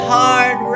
hard